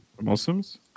Muslims